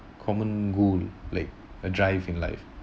common goal like a drive in life